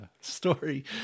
story